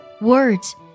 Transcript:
Words